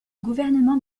gouvernement